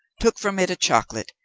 took from it a chocolate,